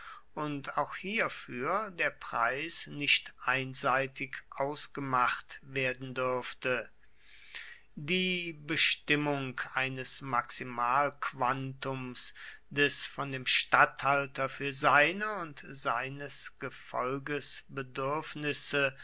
und auch hierfür der preis nicht einseitig ausgemacht werden dürfte die bestimmung eines maximalquantums des von dem statthalter für seine und seines gefolges bedürfnisse